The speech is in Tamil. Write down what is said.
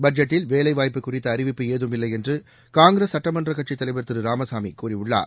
பட்ஜெட்டில் வேலைவாய்ப்பு குறித்த அறிவிப்பு ஏதும் இல்லை என்று காங்கிரஸ் சுட்டமன்ற கட்சித்தலைவர் திரு ராமசாமி கூறியுள்ளார்